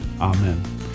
Amen